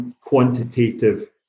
quantitative